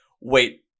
wait